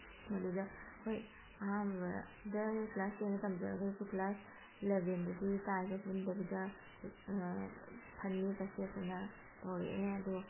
ꯃꯗꯨꯗ ꯑꯩꯈꯣꯏ ꯑꯍꯥꯟꯕꯗ ꯀ꯭ꯂꯥꯁ ꯇꯦꯟꯗ ꯇꯝꯖꯔꯒꯁꯨ ꯀ꯭ꯂꯥꯁ ꯏꯂꯚꯦꯟꯗꯗꯤ ꯇꯥꯏꯒ ꯄꯨꯟꯗꯕꯤꯗ ꯐꯅꯦꯛꯀ ꯁꯦꯠꯇꯅ ꯇꯧꯔꯛꯑꯦ ꯑꯗꯣ